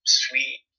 sweet